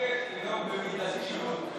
לנהוג במידתיות,